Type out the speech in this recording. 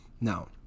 No